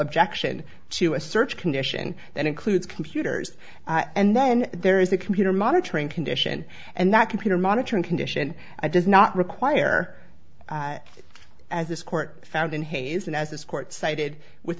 objection to a search condition that includes computers and then there is a computer monitoring condition and that computer monitoring condition does not require as this court found in hasan as this court cited with